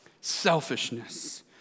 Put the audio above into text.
Selfishness